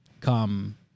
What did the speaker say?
come